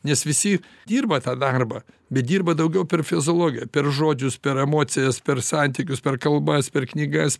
nes visi dirba tą darbą bet dirba daugiau per fiziologiją per žodžius per emocijas per santykius per kalbas per knygas